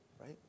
right